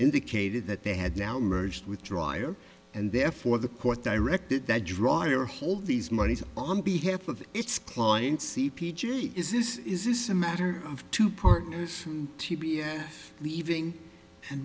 indicated that they had now merged with drier and therefore the court directed that dryer hold these monies on behalf of its clients c p g is this is a matter of two partners t b s leaving and